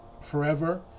Forever